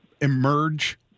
emerge